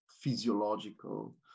physiological